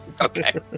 Okay